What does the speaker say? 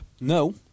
No